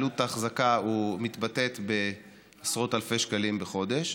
עלות האחזקה מתבטאת בעשרות אלפי שקלים בחודש,